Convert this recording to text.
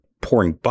pouring